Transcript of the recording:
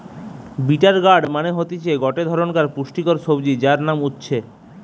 bitter gourd মানে হতিছে গটে ধরণকার পুষ্টিকর সবজি যার নাম উচ্ছে